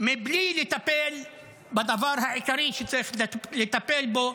בלי לטפל בדבר העיקרי שצריך לטפל בו,